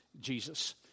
Jesus